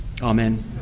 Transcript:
Amen